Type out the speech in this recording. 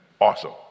awesome